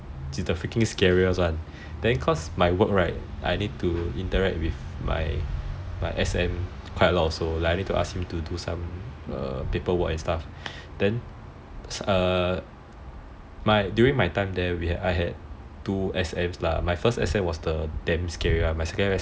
then cause my work right need to interact with my S_M quite a lot [one] need to ask him to do some paper work and stuff then err during my time there I had two S_M lah